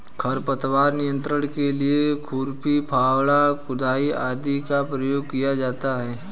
खरपतवार नियंत्रण के लिए खुरपी, फावड़ा, खुदाई आदि का प्रयोग किया जाता है